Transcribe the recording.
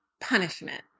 punishment